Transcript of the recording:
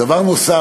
דבר נוסף,